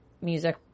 music